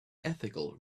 ethical